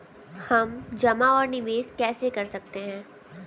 हम जमा और निवेश कैसे कर सकते हैं?